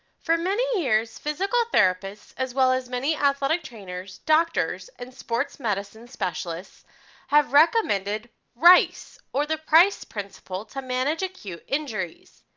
for many years, physical therapists as well as many athletic trainers, doctors, and sports medicine specialists have recommended rice or the price principle to manage acute injuries.